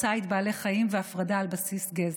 ציד בעלי חיים והפרדה על בסיס גזע.